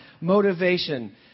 motivation